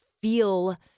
feel